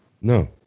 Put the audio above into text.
No